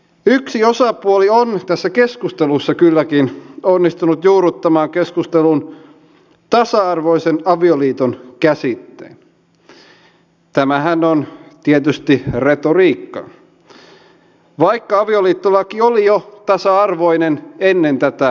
yksi osapuoli on tässä keskustelussa kylläkin onnistunut juurruttamaan keskusteluun tasa arvoisen avioliiton käsitteen tämähän on tietysti retoriikkaa vaikka avioliittolaki oli jo tasa arvoinen ennen tätä tehtyä muutosta